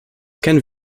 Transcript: kennen